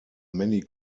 many